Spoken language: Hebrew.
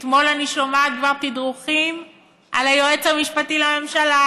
אתמול אני שומעת כבר תדרוכים על היועץ המשפטי לממשלה.